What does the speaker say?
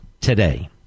today